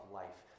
life